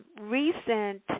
recent